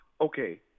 Okay